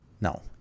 no